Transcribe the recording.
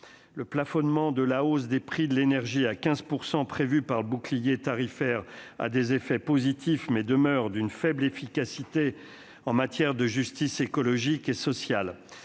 Le plafonnement de la hausse des prix de l'énergie à 15 % prévu par le bouclier tarifaire a des effets positifs, mais demeure d'une faible efficacité en matière de justice écologique et sociale.